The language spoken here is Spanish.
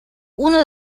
uno